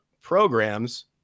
programs